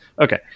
okay